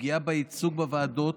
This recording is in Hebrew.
הפגיעה בייצוג בוועדות,